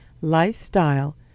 lifestyle